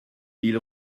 ils